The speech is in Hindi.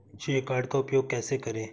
श्रेय कार्ड का उपयोग कैसे करें?